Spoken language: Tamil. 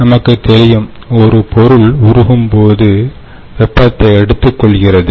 நமக்குத் தெரியும் ஒரு பொருள் உருகும்போது வெப்பத்தை எடுத்துக் கொள்கிறது